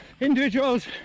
individuals